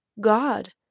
God